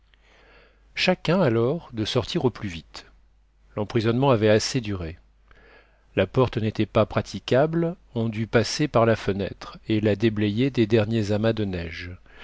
chacun alors de sortir au plus vite l'emprisonnement avait assez duré la porte n'était pas praticable on dut passer par la fenêtre et la déblayer des derniers amas de neige